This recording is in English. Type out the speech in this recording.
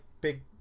big